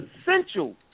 essential